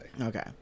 Okay